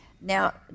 Now